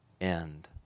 end